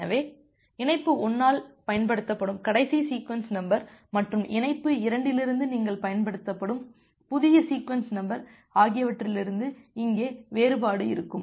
எனவே இணைப்பு 1 ஆல் பயன்படுத்தப்படும் கடைசி சீக்வென்ஸ் நம்பர் மற்றும் இணைப்பு 2 இலிருந்து நீங்கள் பயன்படுத்தும் புதிய சீக்வென்ஸ் நம்பர் ஆகியவற்றிலிருந்து இங்கே வேறுபாடு இருக்கும்